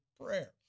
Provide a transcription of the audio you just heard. prayer